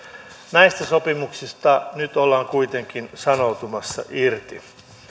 näistä sopimuksista nyt ollaan kuitenkin sanoutumassa irti